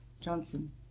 Johnson